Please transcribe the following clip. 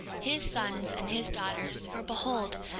his sons, and his daughters for behold,